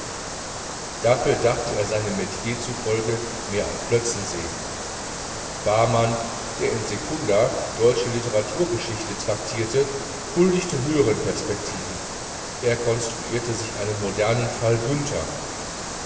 dafür dachte er seinem metier zufolge mehr an plötzensee barmann der in secunda deutsche literaturgeschichte traktierte huldigte höheren perspektiven er konstruierte sich einen modernen fall günther